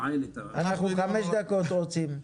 אנחנו חמש דקות רוצים.